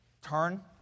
Turn